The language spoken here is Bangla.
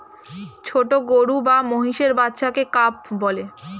ছোট গরু বা মহিষের বাচ্চাকে কাফ বলে